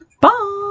Bye